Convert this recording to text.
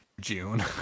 june